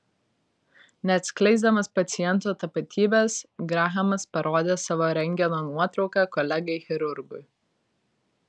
neatskleisdamas paciento tapatybės grahamas parodė savo rentgeno nuotrauką kolegai chirurgui